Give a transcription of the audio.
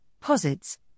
posits